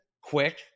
Quick